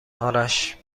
آرش